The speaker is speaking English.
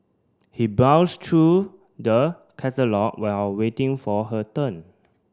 he browsed through the catalogue while waiting for her turn